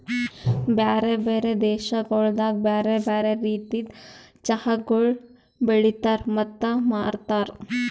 ಬ್ಯಾರೆ ಬ್ಯಾರೆ ದೇಶಗೊಳ್ದಾಗ್ ಬ್ಯಾರೆ ಬ್ಯಾರೆ ರೀತಿದ್ ಚಹಾಗೊಳ್ ಬೆಳಿತಾರ್ ಮತ್ತ ಮಾರ್ತಾರ್